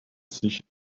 sich